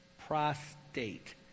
prostate